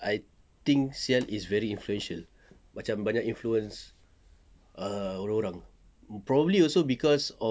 I think [sial] is very influential macam banyak influence err orang-orang probably also cause of